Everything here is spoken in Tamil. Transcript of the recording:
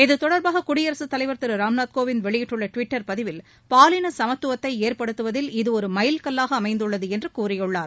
இது தொடர்பாக குடியரசுத் தலைவர் திரு ராம்நாத் கோவிந்த் வெளியிட்டுள்ள டுவிட்டர் பதிவில் பாலின சமத்துவத்தை ஏற்படுத்துவதில் இது ஒரு மைல் கல்லாக அமைந்துள்ளது என்று கூறியுள்ளார்